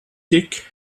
dick